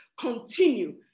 continue